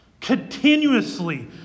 Continuously